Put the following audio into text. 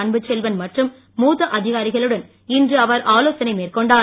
அன்புச்செல்வன் மற்றும் மூத்த அதிகாரிகளுடன் இன்று அவர் ஆலோசனை மேற்கொண்டார்